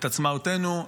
את עצמאותנו,